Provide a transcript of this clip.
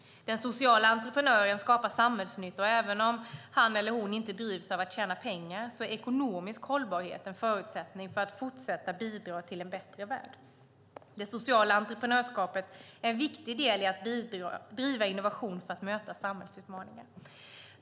Den sociala entreprenören skapar samhällsnytta, och även om han eller hon inte drivs av att tjäna pengar är ekonomisk hållbarhet en förutsättning för att fortsätta bidra till en bättre värld. Det sociala entreprenörskapet är en viktig del i att driva innovation för att möta samhällsutmaningar.